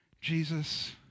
Jesus